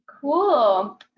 Cool